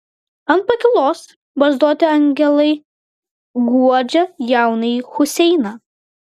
ant pakylos barzdoti angelai guodžia jaunąjį huseiną